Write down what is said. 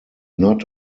not